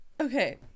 okay